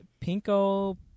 Pinko